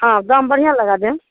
हँ दाम बढ़िआँ लगा देम